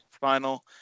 final